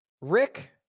Rick